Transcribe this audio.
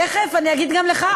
תכף אני אגיד גם לך.